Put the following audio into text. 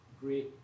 great